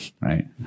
right